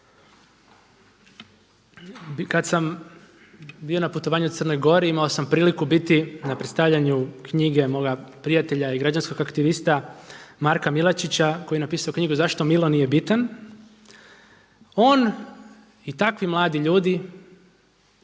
Kada sam bio na putovanju u Crnoj Gori, imao sam priliku biti na predstavljanju knjige moga prijatelja i građanskog aktivista Marka Milačića koji je napisao knjigu „Zašto Milo nije bitan“, on i takvi mladi ljudi